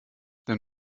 dann